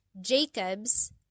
Jacobs